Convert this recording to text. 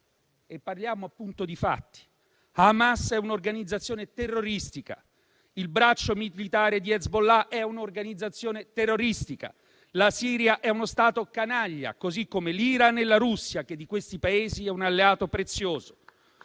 Parliamo, appunto, di fatti: Hamas è un'organizzazione terroristica; il braccio militare di Hezbollah è un'organizzazione terroristica; la Siria è uno Stato canaglia, così come l'Iran e la Russia, che di questi Paesi è un alleato prezioso.